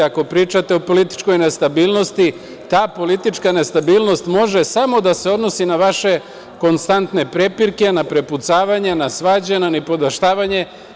Ako pričate o političkoj nestabilnosti, ta politička nestabilnost može samo da se odnosi na vaše konstantne prepirke, na prepucavanja, na svađe, na nipodaštavanje.